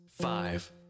five